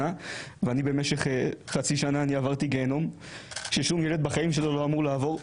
שבו במשך חצי שנה עברתי גיהינום ששום ילד בחיים שלו לא אמור לעבור,